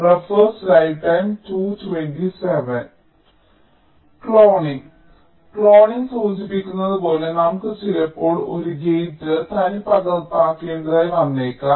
cloning cloning സൂചിപ്പിക്കുന്നത് പോലെ നമുക്ക് ചിലപ്പോൾ ഒരു ഗേറ്റ് തനിപ്പകർപ്പാക്കേണ്ടതായി വന്നേക്കാം